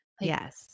Yes